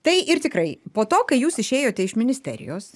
tai ir tikrai po to kai jūs išėjote iš ministerijos